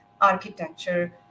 architecture